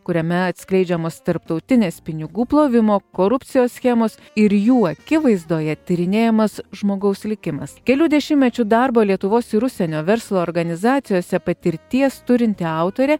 kuriame atskleidžiamos tarptautinės pinigų plovimo korupcijos schemos ir jų akivaizdoje tyrinėjamas žmogaus likimas kelių dešimtmečių darbo lietuvos ir užsienio verslo organizacijose patirties turinti autorė